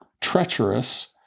treacherous